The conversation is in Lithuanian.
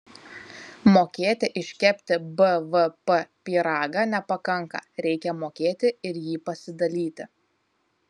mokėti iškepti bvp pyragą nepakanka reikia mokėti ir jį pasidalyti